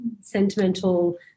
sentimental